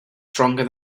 stronger